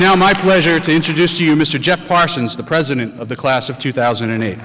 now my pleasure to introduce to you mr jeff parsons the president of the class of two thousand an